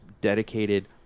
dedicated